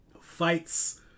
fights